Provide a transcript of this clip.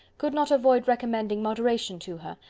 could not avoid recommending moderation to her,